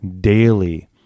daily